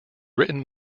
written